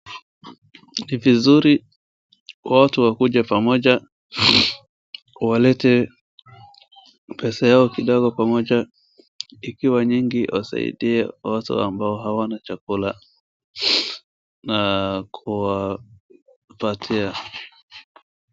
Ni vizuri kwa watu wakuje pamoja kuwaleta pesa yao kidogo pamoja ikiwa nyingi kuwasidia watu ambao hawana chakula na kuwapatia.